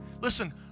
listen